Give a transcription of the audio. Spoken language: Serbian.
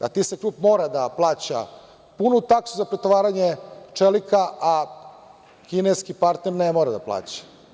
A, TIS-a klub mora da plaća punu taksu za pretovaranje čelika a kineski partner ne mora da plaća.